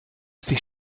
sich